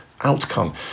outcome